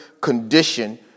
condition